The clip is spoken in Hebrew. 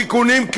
תיקונים,